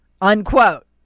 unquote